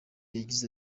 yagize